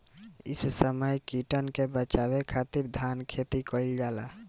इ समय कीटन के बाचावे खातिर धान खेती कईल जाता